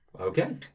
Okay